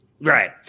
Right